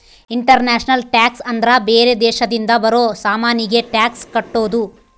international tax ಅಂದ್ರ ಬೇರೆ ದೇಶದಿಂದ ಬರೋ ಸಾಮಾನಿಗೆ ಟ್ಯಾಕ್ಸ್ ಕಟ್ಟೋದು